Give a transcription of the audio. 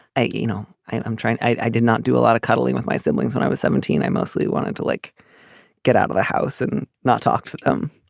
ah you know i'm trying. i i did not do a lot of cuddling with my siblings when i was seventeen i mostly wanted to like get out of the house and not talk to them.